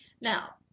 Now